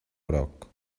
groc